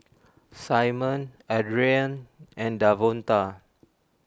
Simon Adriane and Davonta